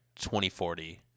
2040